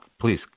please